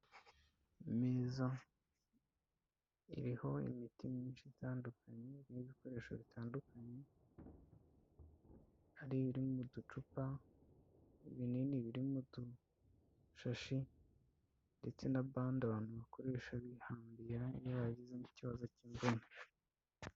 Imeza iriho imiti myinshi itandukanye n'ibikoresho bitandukanye, hari iri mu ducupa, ibinini biri mu dushashi ndetse na bande abantu bakoresha bihambira iyo bagizemo ikibazo cy'imvune.